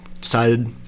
decided